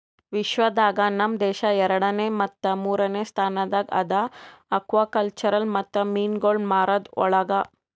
ವಿಶ್ವ ದಾಗ್ ನಮ್ ದೇಶ ಎರಡನೇ ಮತ್ತ ಮೂರನೇ ಸ್ಥಾನದಾಗ್ ಅದಾ ಆಕ್ವಾಕಲ್ಚರ್ ಮತ್ತ ಮೀನುಗೊಳ್ ಮಾರದ್ ಒಳಗ್